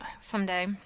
Someday